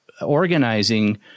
organizing